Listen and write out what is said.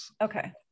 okay